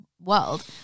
world